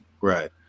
Right